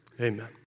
Amen